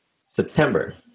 September